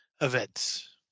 events